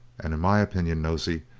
and in my opinion, nosey,